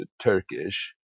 Turkish